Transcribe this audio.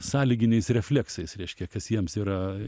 sąlyginiais refleksais reiškia kas jiems yra